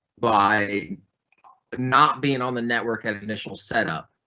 by not being on the network at at initial setup